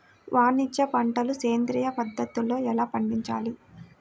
వాణిజ్య పంటలు సేంద్రియ పద్ధతిలో ఎలా పండించాలి?